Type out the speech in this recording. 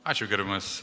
ačiū gerbiamas